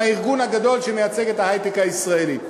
מהארגון הגדול שמייצג את ההיי-טק הישראלי.